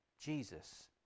Jesus